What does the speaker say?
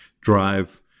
drive